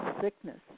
sickness